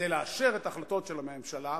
שהוא לאשר את ההחלטות של הממשלה,